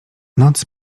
noc